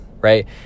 right